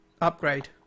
upgrade